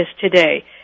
today